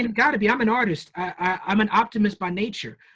and got to be. i'm an artist. i'm an optimist by nature.